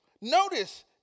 Notice